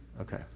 Okay